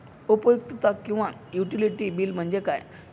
उपयुक्तता किंवा utility bill म्हणजे काय?